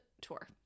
tour